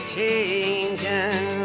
changing